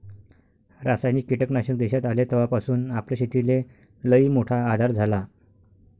रासायनिक कीटकनाशक देशात आले तवापासून आपल्या शेतीले लईमोठा आधार झाला